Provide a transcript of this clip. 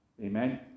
Amen